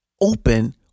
open